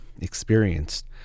experienced